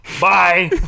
Bye